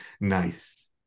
Nice